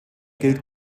gilt